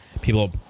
people